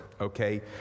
Okay